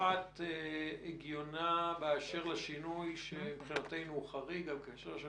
בפרט באשר לשינוי שמבחינתנו הוא חריג, בהקשר של